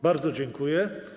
Bardzo dziękuję.